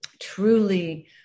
truly